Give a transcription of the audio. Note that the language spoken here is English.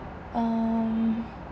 um